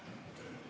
Kõik,